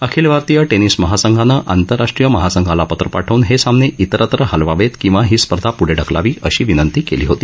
अखिल भारतीय निस महासंघानं आंतरराष्ट्रीय महासंघाला पत्र पाठवून हे सामने तिरत्र हलवावेत किंवा ही स्पर्धा पुढे ढकलावी अशी विनंती केली होती